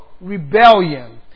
rebellion